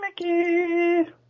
Mickey